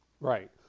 Right